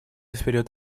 вперед